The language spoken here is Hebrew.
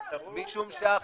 אבל תראו --- תראה לנו,